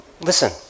Listen